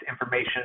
information